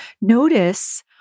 Notice